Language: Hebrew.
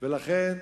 לכן,